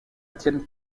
étienne